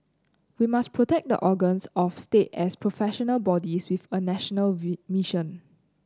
we must protect the organs of state as professional bodies with a national we mission